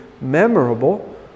memorable